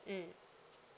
mmhmm